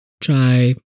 try